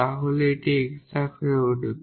তাহলে এটি এক্সাট হয়ে উঠবে